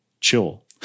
chill